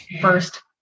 first